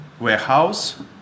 warehouse